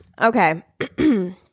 Okay